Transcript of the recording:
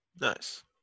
nice